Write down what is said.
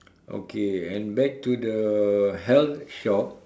okay and back to the health shop